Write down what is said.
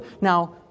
Now